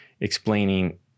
explaining